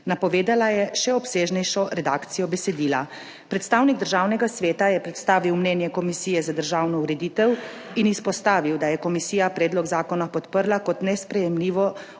Napovedala je še obsežnejšo redakcijo besedila. Predstavnik Državnega sveta je predstavil mnenje Komisije za državno ureditev in izpostavil, da je komisija predlog zakona podprla in kot nesprejemljivo